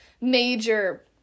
major